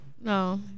No